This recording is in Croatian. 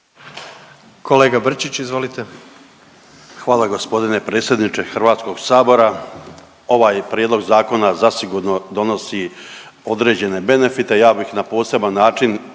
**Brčić, Luka (HDZ)** Hvala gospodine predsjedniče Hrvatskog sabora. Ovaj prijedlog zakona zasigurno donosi određene benefite. Ja bih na poseban način naglasio